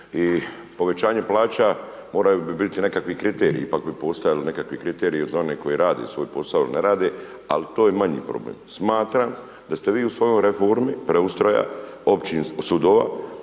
i povećanje plaća morali bi biti nekakvi kriteriji, ipak bi postojali nekakvi kriteriji za one koji rade svoj posao ili ne rade ali to je manji problem. Smatram da ste vi u svojoj reformi preustroja općinskih sudova